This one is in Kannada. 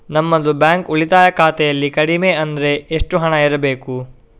ನಮ್ಮದು ಬ್ಯಾಂಕ್ ಉಳಿತಾಯ ಖಾತೆಯಲ್ಲಿ ಕಡಿಮೆ ಹಣ ಅಂದ್ರೆ ಎಷ್ಟು ಇರಬೇಕು?